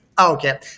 Okay